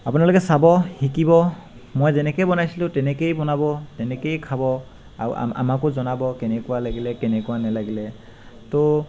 আপোনালোকে চাব শিকিব মই যেনেকৈয়ে বনাইছিলোঁ তেনেকৈয়ে বনাব তেনেকৈয়ে খাব আৰু আৰু আমা আমাকো জনাব কেনেকুৱা লাগিলে কেনেকুৱা নালাগিলে তো